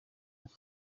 biri